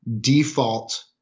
default